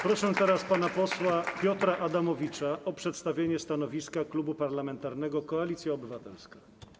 Proszę teraz pana posła Piotra Adamowicza o przedstawienie stanowiska Klubu Parlamentarnego Koalicja Obywatelska.